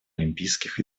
олимпийских